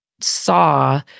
saw